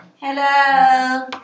Hello